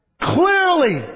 clearly